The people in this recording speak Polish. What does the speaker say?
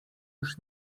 już